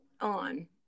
on